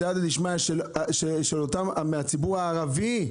בסיעתא דשמיא של אותם אנשים מן הציבור הערבי,